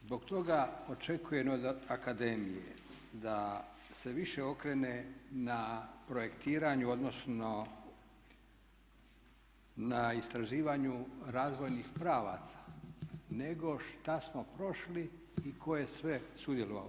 Zbog toga očekujem od akademije da se više okrene na projektiranju, odnosno na istraživanju razvojnih pravaca nego šta smo prošli i tko je sve sudjelovalo.